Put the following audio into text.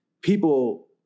people